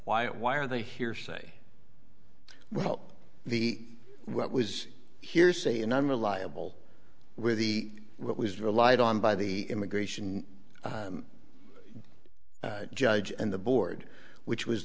why why are they here say well the what was hearsay and unreliable with the what was relied on by the immigration judge and the board which was